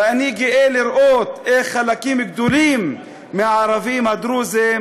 ואני גאה לראות איך חלקים גדולים מהערבים הדרוזים